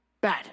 bad